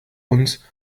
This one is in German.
uns